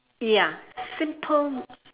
ya simple